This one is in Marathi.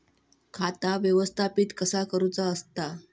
खाता व्यवस्थापित कसा करुचा असता?